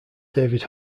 david